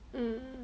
um